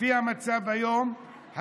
לפי המצב היום,